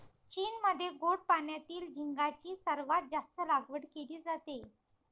चीनमध्ये गोड पाण्यातील झिगाची सर्वात जास्त लागवड केली जाते